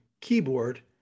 keyboard